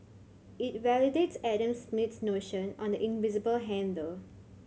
it validates Adam Smith's notion on the invisible hand though